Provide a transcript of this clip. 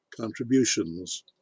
contributions